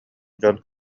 дьон